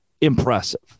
Impressive